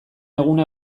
eguna